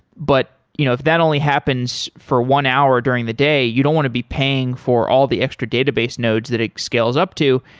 but you know if that only happens for one hour during the day, you don't want to be paying for all the extra database nodes that it scales up to.